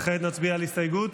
כעת נצביע על הסתייגות,